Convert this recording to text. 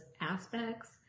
aspects